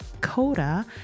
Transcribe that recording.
Coda